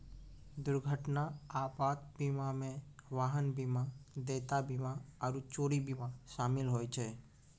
दुर्घटना आपात बीमा मे वाहन बीमा, देयता बीमा आरु चोरी बीमा शामिल होय छै